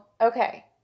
okay